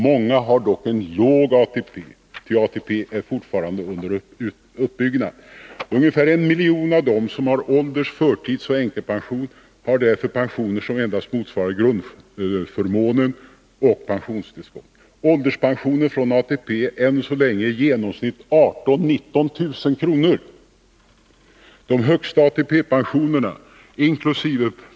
Många har dock en låg ATP, ty ATP-systemet är fortfarande under uppbyggnad. Ungefär 1 miljon av dem som har ålderspension, förtidspension eller änkepension har därför förmåner som endast motsvarar grundförmåner och pensionstillskott. Ålderspensionen från ATP är än så länge i genomsnitt 18 000-19 000 kr. De högsta ATP-pensionerna inkl.